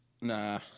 Nah